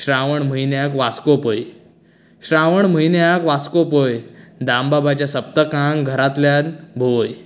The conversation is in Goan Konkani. श्रावण म्हयन्याक वास्को पळय श्रावण म्हयन्याक वास्को पळय दामबाबाचें सप्तकान घरांतल्याक भोंवय